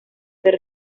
del